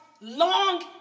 long